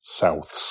souths